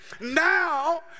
Now